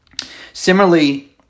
Similarly